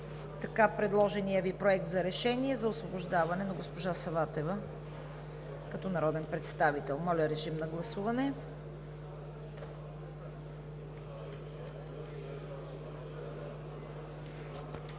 предложения Ви Проект за решение за освобождаване на госпожа Саватева като народен представител. Гласували